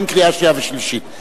אין קריאה שנייה ושלישית.